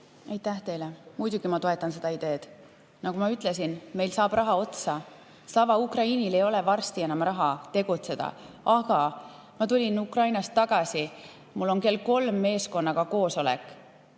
Aitäh teile! Muidugi ma toetan seda ideed. Nagu ma ütlesin, meil saab raha otsa. Slava Ukrainil ei ole varsti enam raha tegutseda. Aga ma tulin Ukrainast tagasi, mul on kell 3 meeskonnaga koosolek